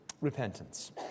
Repentance